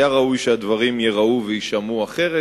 היה ראוי שהדברים ייראו וישמעו אחרת.